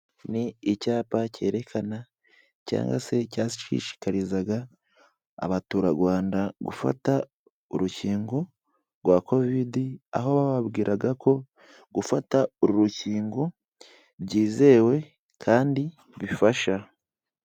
Ni icyapa cyerekana cyangwa se cyashishikarizaga abaturarwanda gufata urukingo rwa kovidi, aho bababwiraga ko gufata uru rukingo byizewe kandi bifasha.